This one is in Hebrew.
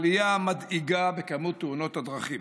עלייה מדאיגה בכמות תאונות הדרכים.